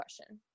question